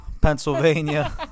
Pennsylvania